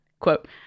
quote